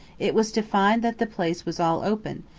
it was to find that the place was all open,